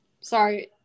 Sorry